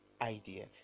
idea